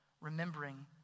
remembering